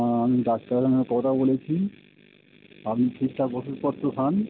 আমি ডাক্তারের সঙ্গে কথা বলেছি আপনি ঠিকঠাক ওষুধপত্র খান